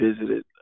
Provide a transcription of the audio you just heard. visited